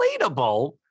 inflatable